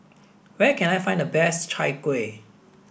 where can I find the best chai kueh